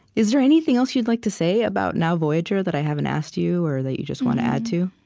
is there anything else you'd like to say about now, voyager that i haven't asked you or that you just want to add to?